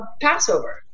Passover